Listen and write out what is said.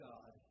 God